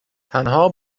تنها